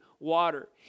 water